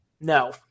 no